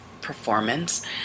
performance